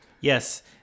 Yes